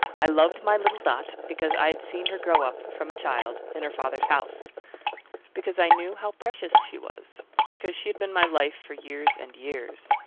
i loved my little dot, because i had seen her grow up, from a child, in her father's house because i knew how precious she was because she had been my life for years and years.